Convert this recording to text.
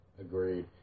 Agreed